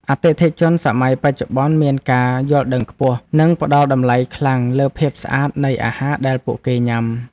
អតិថិជនសម័យបច្ចុប្បន្នមានការយល់ដឹងខ្ពស់ និងផ្តល់តម្លៃខ្លាំងលើភាពស្អាតនៃអាហារដែលពួកគេញ៉ាំ។